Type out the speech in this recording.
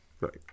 Right